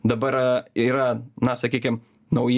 dabar yra na sakykim nauji